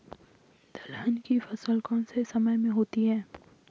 दलहन की फसल कौन से समय में होती है?